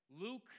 Luke